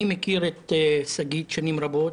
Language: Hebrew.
אני מכיר את שגית שנים רבות,